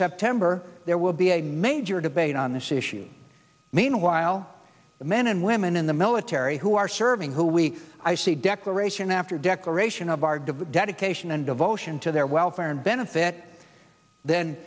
september there will be a major debate on this issue meanwhile the men and women in the military who are serving who we i see declaration after declaration of our dividend occasion and devotion to their welfare and benefit then